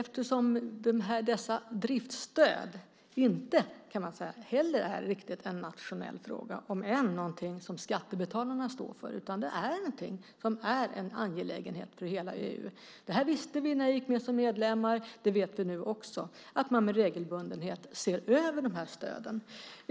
Men dessa driftsstöd är inte en riktigt nationell fråga, om än något som skattebetalarna står för, utan det är en angelägenhet för hela EU. Vi visste när vi gick med som medlemmar, och vi vet nu också, att EU med regelbundenhet ser över de här stöden.